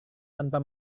tanpa